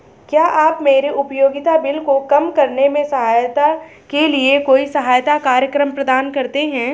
क्या आप मेरे उपयोगिता बिल को कम करने में सहायता के लिए कोई सहायता कार्यक्रम प्रदान करते हैं?